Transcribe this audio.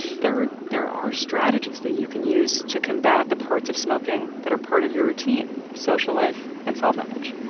third, there are strategies that you can use to combat the parts of smoking that are part of your routine, social life and self-image.